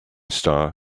star